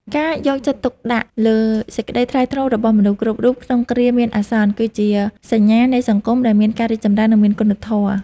ការយកចិត្តទុកដាក់លើសេចក្តីថ្លៃថ្នូររបស់មនុស្សគ្រប់រូបក្នុងគ្រាមានអាសន្ន គឺជាសញ្ញាណនៃសង្គមដែលមានការរីកចម្រើន និងមានគុណធម៌។